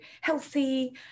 healthy